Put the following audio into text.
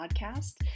podcast